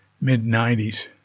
mid-90s